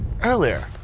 earlier